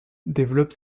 développe